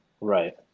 Right